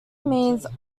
means